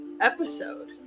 episode